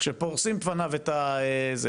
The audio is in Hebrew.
שלפחות כשפורסים בפניו את זה,